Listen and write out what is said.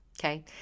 okay